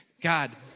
God